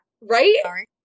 Right